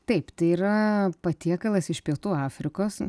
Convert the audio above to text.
taip tai yra patiekalas iš pietų afrikos